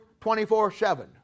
24-7